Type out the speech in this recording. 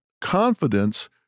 confidence